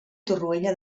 torroella